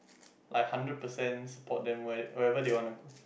like hundred percent support them where wherever they want to go